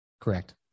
Correct